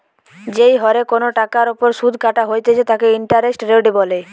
যেই হরে কোনো টাকার ওপর শুধ কাটা হইতেছে তাকে ইন্টারেস্ট রেট বলে